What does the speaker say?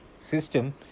system